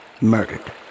Murdered